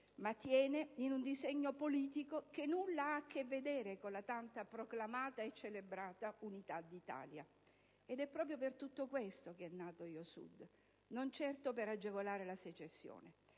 ma tiene in un disegno politico che nulla ha a che vedere con la tanto proclamata e celebrata unità d'Italia. È proprio per tutto questo che è nata la componente «Io Sud»: non certo per agevolare la secessione,